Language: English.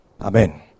Amen